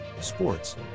Sports